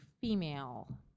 female